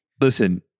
Listen